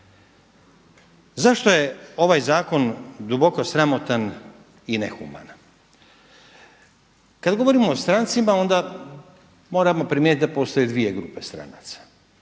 Zašto je ovaj zakon duboko sramotan i nehuman? Kad govorimo o strancima onda moramo primijetiti da postoje dvije grupe stranaca.